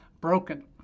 broken